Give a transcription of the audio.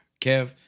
Kev